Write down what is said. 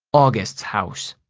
august's house